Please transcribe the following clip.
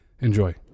enjoy